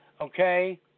Okay